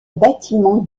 bâtiment